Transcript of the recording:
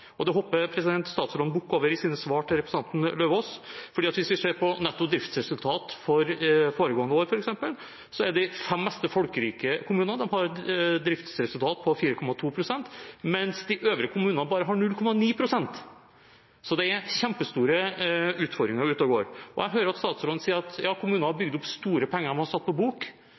og det hopper statsråden bukk over i sine svar til representanten Lauvås. For hvis vi ser på netto driftsresultat for foregående år, f.eks., har de fem mest folkerike kommunene et driftsresultat på 4,2 pst., mens de øvrige kommunene bare har 0,9 pst. Så det er kjempestore utfordringer ute og går. Jeg hører at statsråden sier at kommuner har bygd opp store penger som de har satt på bok,